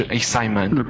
excitement